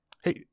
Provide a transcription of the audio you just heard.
Hey